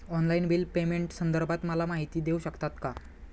Online bill पेमेंटसंदर्भात मला माहिती देऊ शकतात का?